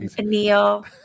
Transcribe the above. Neil